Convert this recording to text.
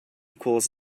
equals